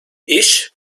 i̇ş